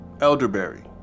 elderberry